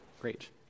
great